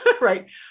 right